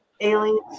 aliens